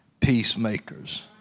peacemakers